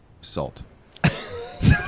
salt